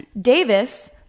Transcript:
Davis